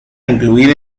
incluir